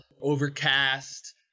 overcast